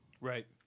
Right